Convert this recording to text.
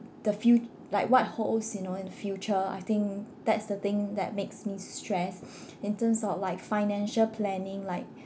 the few like what holds you know in future I think that's the thing that makes me stress in terms of like financial planning like